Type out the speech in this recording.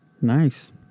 Nice